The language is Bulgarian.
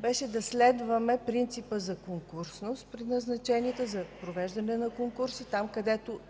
беше да следваме принципа за конкурсност при назначенията – за провеждане на конкурси там, където